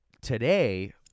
Today